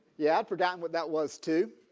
yeah i'd forgotten what that was to.